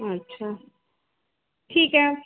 अच्छा ठीक आहे